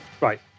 Right